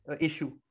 issue